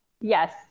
Yes